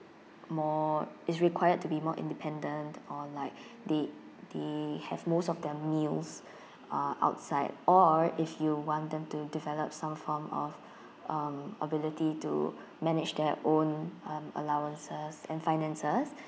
more is required to be more independent or like they they have most of their meals uh outside or if you want them to develop some form of um ability to manage their own um allowances and finances